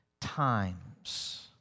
times